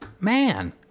man